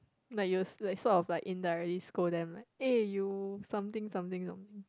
like you s~ like sort of like indirectly scold them like eh you something something something